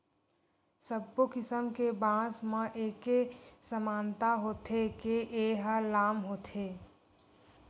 सब्बो किसम के बांस म एके समानता होथे के ए ह लाम होथे